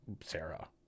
Sarah